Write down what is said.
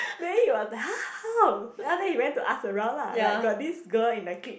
then he was like !huh! how then after that he went to ask around lah like got this girl in the clique